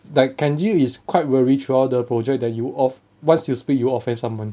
like kenji is quite worried throughout the project that you of once you speak you offend someone